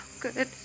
Good